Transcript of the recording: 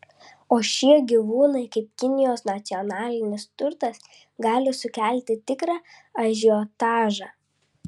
o šie gyvūnai kaip kinijos nacionalinis turtas gali sukelti tikrą ažiotažą